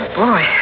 boy